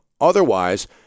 Otherwise